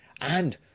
and